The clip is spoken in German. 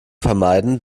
vermeiden